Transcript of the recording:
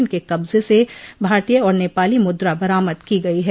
इनके कब्जे से भारतीय और नेपाली मुद्रा बरामद की गयी है